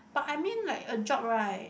but I mean like a job right